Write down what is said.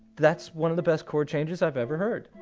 that's one of the best chord changes i've ever heard.